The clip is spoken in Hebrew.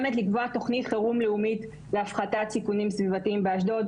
באמת לקבוע תוכנית חירום לאומית להפחתת סיכונים סביבתיים באשדוד.